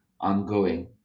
ongoing